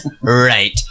right